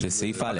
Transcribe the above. על הבקשה הראשונית.